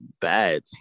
bad